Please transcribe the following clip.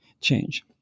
change